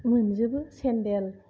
मोनजोबो सेन्देल